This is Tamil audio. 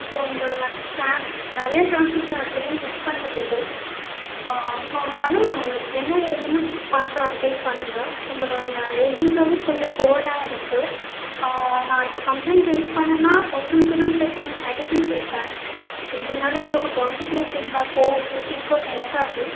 ஸோ இங்கே நான் சான்ஸ் நிறைய சான்ஸ் இருக்குது நான் ட்ரெயின் மிஸ் பண்ணுறதுக்கு ஸோ அதனால என்ன ஏதுன்னு பார்த்து அப்டேட் பண்ணுங்க உங்களுடைய ஏஜென்ஸ் சர்வீஸ் கொஞ்சம் புவராக இருக்குது நான் இப்போ கம்ப்ளெயிண்ட் ரைஸ் பண்ணினா உங்களுக்குதான் sir full negative feedback so இதனால உங்களுக்கு பாசிட்டிவ் ஃபீட் பேக்கோ ரேட்டிங்சோ கிடைக்காது